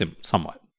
somewhat